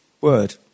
word